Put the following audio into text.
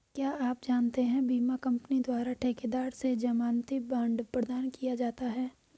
क्या आप जानते है बीमा कंपनी द्वारा ठेकेदार से ज़मानती बॉण्ड प्रदान किया जाता है?